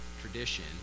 tradition